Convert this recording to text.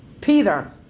Peter